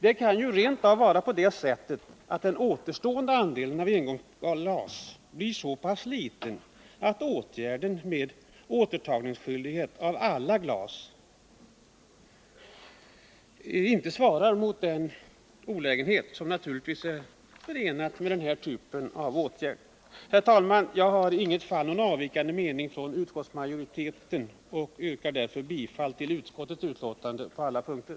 Det kan rent av vara på det sättet att den återstående andelen av engångsglasen blir så pass liten att fördelarna med en skyldighet att återta alla glas inte kommer att svara mot den olägenhet som naturligtvis är förenad med den typen av åtgärd. Herr talman! Jag har i inget fall någon från utskottets mening avvikande uppfattning och yrkar därför bifall till utskottets hemställan på alla punkter.